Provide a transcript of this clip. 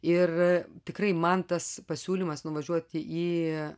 ir tikrai man tas pasiūlymas nuvažiuoti į